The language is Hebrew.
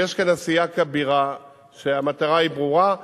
ויש כאן עשייה כבירה כשהמטרה היא ברורה,